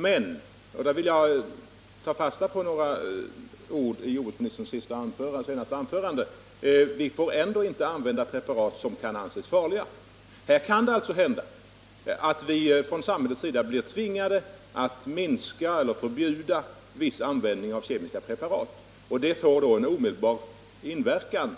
Men vi får ändå inte —där vill jag ta fasta på några ord i jordbruksministerns senaste anförande —- använda preparat som kan anses farliga. Det kan alltså hända att det blir nödvändigt att från samhällets sida vidta åtgärder för att minska eller förbjuda viss användning av kemiska preparat. Det får då en omedelbar inverkan